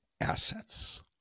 assets